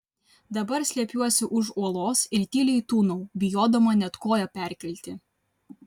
dabar slepiuosi už uolos ir tyliai tūnau bijodama net koją perkelti